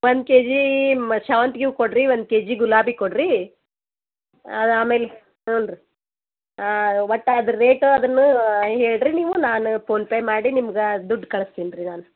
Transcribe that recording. ಒಂದು K G ಮ ಸೇವಂತ್ಗೆ ಹೂವು ಕೊಡಿರಿ ಒಂದು ಕೆ ಜಿ ಗುಲಾಬಿ ಕೊಡಿರಿ ಆಮೇಲೆ ಹ್ಞೂ ರೀ ಒಟ್ಟು ಅದ್ರ ರೇಟ ಅದು ಹೇಳಿರಿ ನೀವು ನಾನು ಫೋನ್ಪೇ ಮಾಡಿ ನಿಮ್ಗೆ ದುಡ್ಡು ಕಳ್ಸ್ತೀನಿ ರೀ ನಾನು